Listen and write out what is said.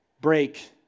break